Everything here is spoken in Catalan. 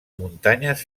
muntanyes